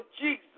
Jesus